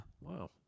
Wow